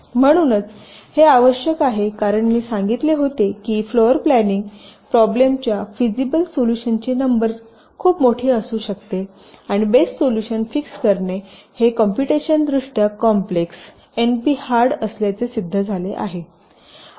म्हणूनच हे आवश्यक आहे कारण मी सांगितले होते की फ्लोर प्लॅनिंग प्रॉब्लेम च्या फिजिबल सोल्युशनची नंबर खूप मोठी असू शकते आणि बेस्ट सोल्युशन फिक्स्ड करणे हे कॉम्पुटेशनदृष्ट्या कॉम्प्लेक्सएनपी हार्ड असल्याचे सिद्ध झाले आहे